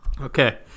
Okay